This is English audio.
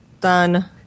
Done